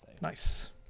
nice